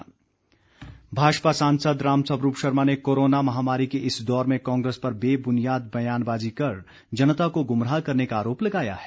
रामस्वरूप भाजपा सांसद रामस्वरूप शर्मा ने कोरोना महामारी के इस दौर में कांग्रेस पर बेबुनियाद बयानबाजी कर जनता को गुमराह करने का आरोप लगाया है